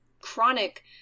chronic